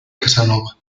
casanova